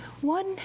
one